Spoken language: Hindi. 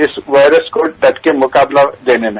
इस वायरस को डट का मुकाबला देने में